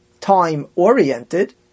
time-oriented